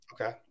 okay